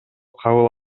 кабыл